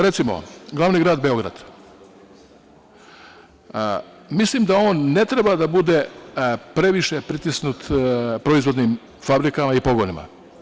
Recimo, glavni grad Beograd, mislim da on ne treba da bude previše pritisnut proizvodnim fabrikama i pogonima.